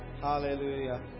hallelujah